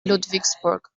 ludwigsburg